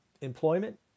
employment